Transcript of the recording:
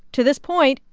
to this point,